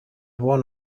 one